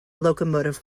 locomotive